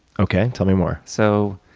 okay, tell me more. so